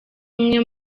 umwe